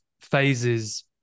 phases